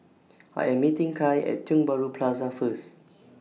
I Am meeting Kai At Tiong Bahru Plaza First